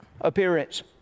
appearance